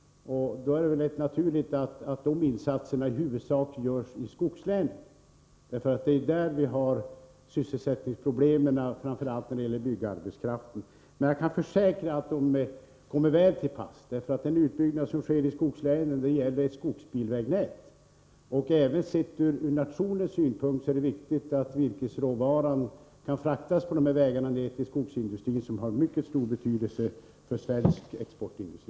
Då är det rätt naturligt att insatserna i huvudsak görs i skogslänen. Det är där vi har sysselsättningsproblemen, framför allt när det gäller byggarbetskraften. Jag kan emellertid försäkra att medlen kommer till god användning. Den utbyggnad som sker i skogslänen gäller ett skogsbilvägnät. Även sett ur nationens synpunkt är det viktigt att virkesråvaran kan fraktas på dessa vägar ner till skogsindustrierna, som är av mycket stor betydelse för Sveriges exportindustri.